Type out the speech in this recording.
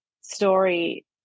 story